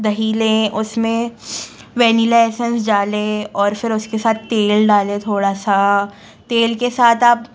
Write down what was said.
दही ले उस में वैनिला एसेंस डालें और फिर उसके साथ तेल डाले थोड़ा सा तेल के साथ आप